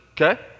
okay